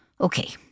Okay